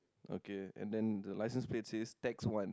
okay and then the license species text one